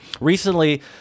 Recently